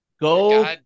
Go